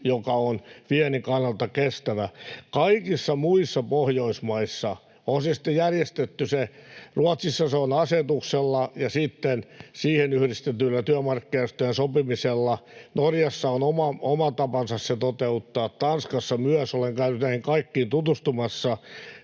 joka on viennin kannalta kestävä. Kaikissa muissa Pohjoismaissa — on se sitten järjestetty niin kuin Ruotsissa asetuksella ja sitten siihen yhdistetyllä työmarkkinajärjestöjen sopimisella, Norjassa on oma tapansa se toteuttaa, ja Tanskassa myös, ja olen käynyt näihin kaikkiin tutustumassa